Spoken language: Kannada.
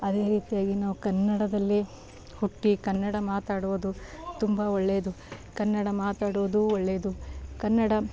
ಅದೇ ರೀತಿಯಾಗಿ ನಾವು ಕನ್ನಡದಲ್ಲೇ ಹುಟ್ಟಿ ಕನ್ನಡ ಮಾತಾಡೋದು ತುಂಬ ಒಳ್ಳೇದು ಕನ್ನಡ ಮಾತಾಡೋದು ಒಳ್ಳೇದು ಕನ್ನಡ